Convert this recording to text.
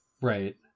Right